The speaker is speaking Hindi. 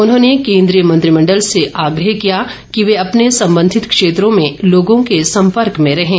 उन्होंने केन्द्रीय मंत्रिमण्डल से आग्रह किया कि वे अपने संबंधित क्षेत्रों में लोगों के सम्पर्क में रहें